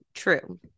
True